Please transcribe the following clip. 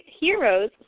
Heroes